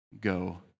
Go